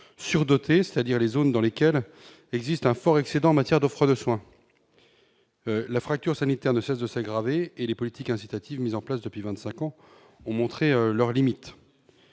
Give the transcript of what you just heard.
surdotées, c'est-à-dire les zones dans lesquelles existe un fort excédent en matière d'offre de soins, la fracture sanitaire ne cesse de s'aggraver et les politiques incitatives mises en place depuis 25 ans ont montré leurs limites,